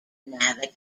navigating